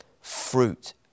fruit